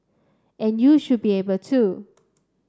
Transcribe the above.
and you should be able to